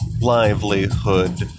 livelihood